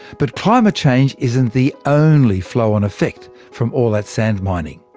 but climate change isn't the only flow-on effect from all that sandmining.